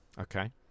Okay